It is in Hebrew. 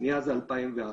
מאז 2011,